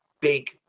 big